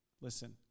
Listen